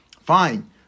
Fine